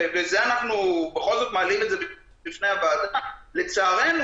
ואת זה אנחנו בכל זאת מעלים בפני הוועדה לצערנו,